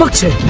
ah to